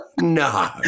No